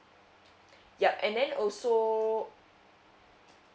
yup and then also